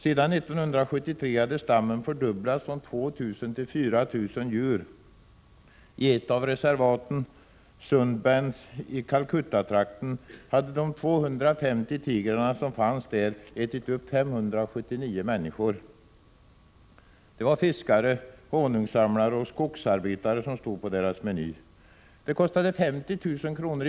Sedan 1973 hade tigerstammen fördubblats från 2 000 till 4 000 djur. I ett av reservaten, Sunderbans i Calcuttatrakten, hade de 250 tigrarna som fanns där ätit upp 579 människor. Det var fiskare, honungssamlare och skogsarbetare som stod på deras meny. Det kostade 50 000 kr.